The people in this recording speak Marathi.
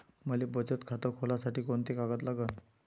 मले बचत खातं खोलासाठी कोंते कागद लागन?